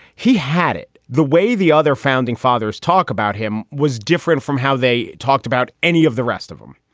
he had it the way the other founding fathers talk about him was different from how they talked about any of the rest of them,